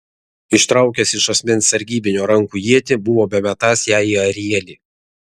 ištraukęs iš asmens sargybinio rankų ietį buvo bemetąs ją į arielį